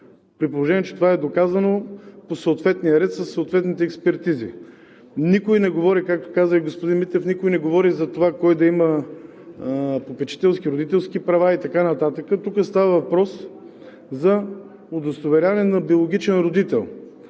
при положение че е доказано по съответния ред със съответните експертизи. Както каза и господин Митев, никой не говори за това кой да има попечителски и родителски права и така нататък, а тук става въпрос за удостоверяването на биологичен родител.